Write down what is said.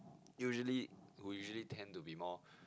usually usually tend to be more